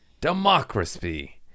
Democracy